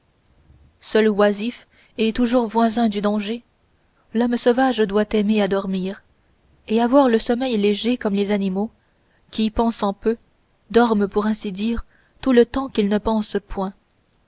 seul oisif et toujours voisin du danger l'homme sauvage doit aimer à dormir et avoir le sommeil léger comme les animaux qui pensant peu dorment pour ainsi dire tout le temps qu'ils ne pensent point